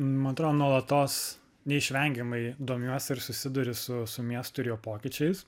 man atrodo nuolatos neišvengiamai domiuosi ir susiduri su miestu ir jo pokyčiais